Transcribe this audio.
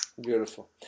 Beautiful